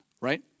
right